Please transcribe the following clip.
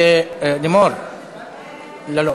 לימור,